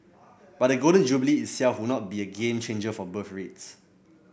but the Golden Jubilee itself would not be a game changer for birth rates